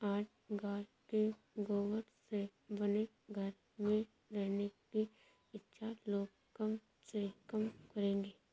आज गाय के गोबर से बने घर में रहने की इच्छा लोग कम से कम करेंगे